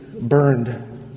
burned